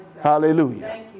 Hallelujah